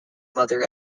mother